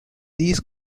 these